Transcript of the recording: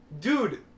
Dude